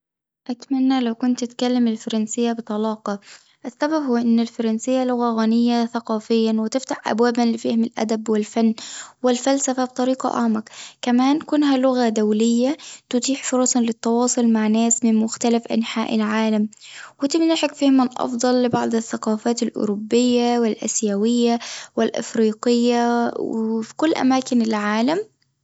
أتمنى لو كنت أتكلم الفرنسية بطلاقة، السبب هو إن الفرنسية لغة غنية ثقافيًا وتفتح أبوابًا لفهم الأدب والفن والفلسفة بطريقة اعمق، كمان كونها لغة دولية لتتيح فرصًا للتواصل مع ناس من مختلف أنحاء العالم وتمنحك فهمًا أفضل لبعض الثقافات الأوروبية والآسيوية والإفريقية وفي كل أماكن العالم.